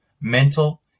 mental